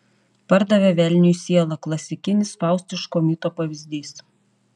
pardavė velniui sielą klasikinis faustiško mito pavyzdys